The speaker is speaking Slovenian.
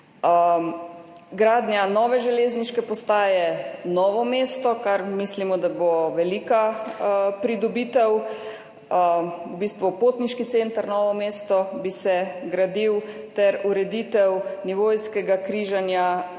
gradnja nove železniške postaje Novo mesto, kar mislimo, da bo velika pridobitev, v bistvu bi se gradil potniški center Novo mesto, ter ureditev nivojskega križanja